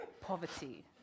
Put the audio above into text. poverty